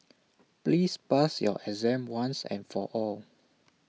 please pass your exam once and for all